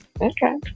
Okay